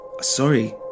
Sorry